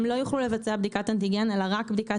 הם לא יוכלו לבצע בדיקת אנטיגן אלא רק בדיקת